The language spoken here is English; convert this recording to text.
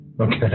okay